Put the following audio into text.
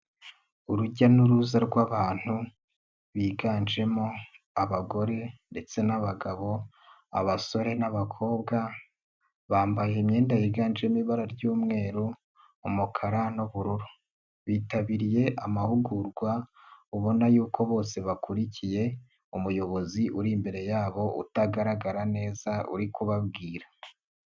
Urujya n'uruza rw'abantu biganjemo abagore ndetse n'abagabo, abasore n'abakobwa, bambaye imyenda yiganjemo ibara ry'umweru, umukara n'ubururu. Bitabiriye amahugurwa ubona yuko bose bakurikiye umuyobozi uri imbere yabo utagaragara neza uri kubabwira.